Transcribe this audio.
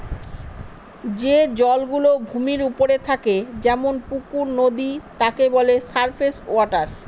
যে জল গুলো ভূমির ওপরে থাকে যেমন পুকুর, নদী তাকে বলে সারফেস ওয়াটার